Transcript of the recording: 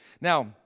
Now